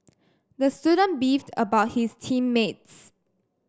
the student beefed about his team mates